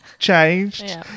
changed